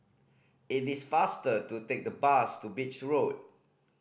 is this faster to take the bus to Beach Road